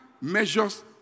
measures